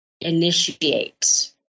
initiate